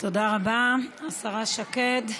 תודה רבה, השרה שקד.